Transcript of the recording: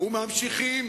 וממשיכים